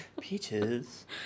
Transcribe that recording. Peaches